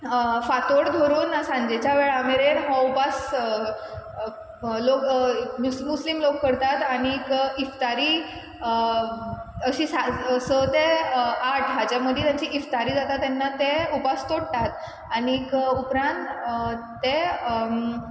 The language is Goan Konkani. फांतोड धरून ते सांजेच्या वेळा मेरेन हो उपास लोक मुस्लीम लोक करतात आनीक इफ्तारी अशी स ते आठ हाजे मदीं तांची इफ्तारी जाता तेन्ना ते उपास तोडटात आनीक उपरांत ते